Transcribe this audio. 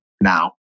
now